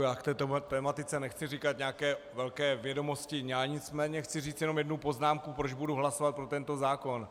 Já k této tematice nechci říkat nějaké velké vědomosti, nicméně chci říct jenom jednu poznámku, proč budu hlasovat pro tento zákon.